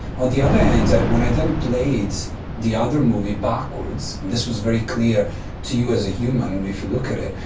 on the other hand, when i then played the other movie backwards, and this was very clear to you as a human if you look at it,